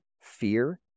fear